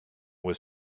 was